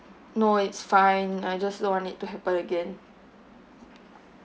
no it's fine I just don't want it to happen again